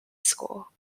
school